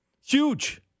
Huge